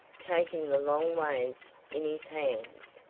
taking the long waves in his hand,